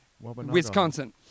Wisconsin